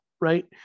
right